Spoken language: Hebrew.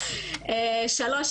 אחרונות,